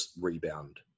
rebound